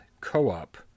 co-op